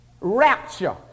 rapture